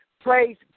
Praise